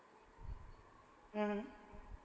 mmhmm